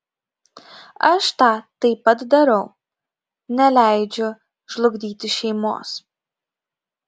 aš tą taip pat darau neleidžiu žlugdyti šeimos